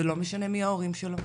ולא משנה מי ההורים שלו,